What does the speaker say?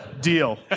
Deal